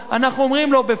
אנחנו אומרים לו בפועל,